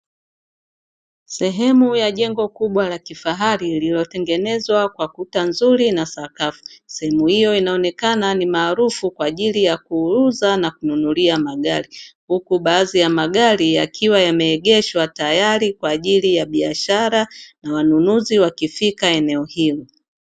Sehemu ya jengo kubwa la kifahari lililotengenzwa kwa kuta nzuri na sakafu, sehemu hiyo inaonekana ni maarufu kwa ajili ya kuza na kununulia magari, huku baadhi ya magari yakiwa yameegeshwa tayari kwa ajili ya biashara na wanunuzi wakifika eneo hili.